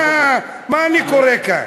מה אני קורא כאן?